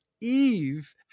Eve